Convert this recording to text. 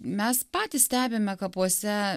mes patys stebime kapuose